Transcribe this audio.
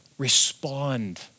respond